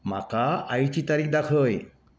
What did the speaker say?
म्हाका आयची तारीख दाखय